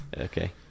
Okay